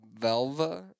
velva